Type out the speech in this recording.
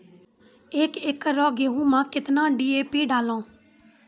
एक एकरऽ गेहूँ मैं कितना डी.ए.पी डालो?